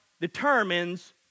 determines